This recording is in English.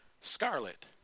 scarlet